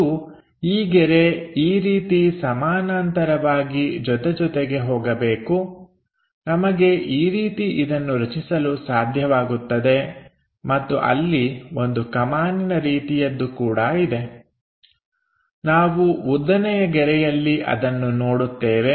ಮತ್ತು ಈ ಗೆರೆ ಈ ರೀತಿ ಸಮಾನಾಂತರವಾಗಿ ಜೊತೆಜೊತೆಗೆ ಹೋಗಬೇಕು ನಮಗೆ ಈ ರೀತಿ ಇದನ್ನು ರಚಿಸಲು ಸಾಧ್ಯವಾಗುತ್ತದೆ ಮತ್ತು ಅಲ್ಲಿ ಒಂದು ಕಮಾನಿನ ರೀತಿಯದ್ದು ಕೂಡ ಇದೆ ನಾವು ಉದ್ದನೆಯ ಗೆರೆಯಲ್ಲಿ ಅದನ್ನು ನೋಡುತ್ತೇವೆ